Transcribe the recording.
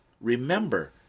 Remember